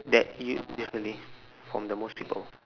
that you differently from the most people